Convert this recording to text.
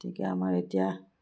গতিকে আমাৰ এতিয়া